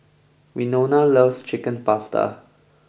Winona loves Chicken Pasta